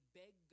beg